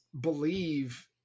believe